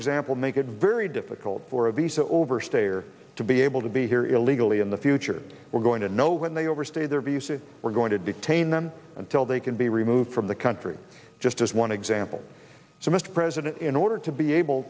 example make it very difficult for a visa overstay or to be able to be here illegally in the future we're going to know when they overstay their visas we're going to detain them until they can be removed from the country just as one example so mr president in order to be able